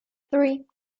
three